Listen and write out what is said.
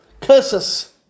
curses